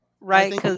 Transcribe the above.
Right